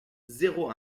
zéro